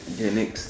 okay next